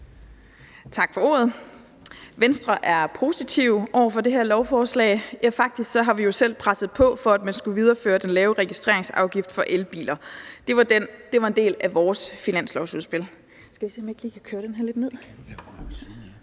Tak for ordet. Venstre er positiv over for det her lovforslag, ja, faktisk har vi jo selv presset på, for at man skulle videreføre den lave registreringsafgift på elbiler. Det var en del af vores finanslovsudspil. Med vores finanslovsudspil lagde vi godt nok